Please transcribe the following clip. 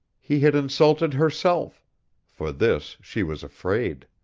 he had insulted herself for this she was afraid.